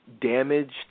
damaged